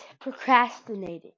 procrastinating